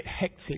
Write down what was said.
hectic